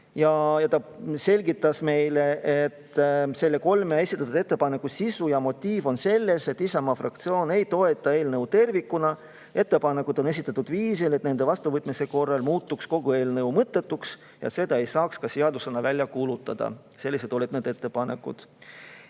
Ta selgitas meile, et esitatud kolme ettepaneku sisu ja motiiv [põhineb] sellel, et Isamaa fraktsioon ei toeta eelnõu tervikuna, ja seetõttu on ettepanekud esitatud viisil, et nende vastuvõtmise korral muutuks kogu eelnõu mõttetuks ja seda ei saaks ka seadusena välja kuulutada. Sellised olid nende ettepanekud.